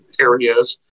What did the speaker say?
areas